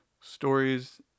stories